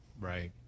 Right